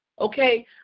Okay